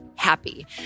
happy